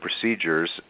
procedures